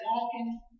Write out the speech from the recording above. walking